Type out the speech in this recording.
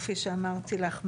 כפי שאמרתי לך,